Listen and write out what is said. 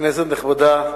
כנסת נכבדה,